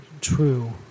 true